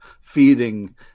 feeding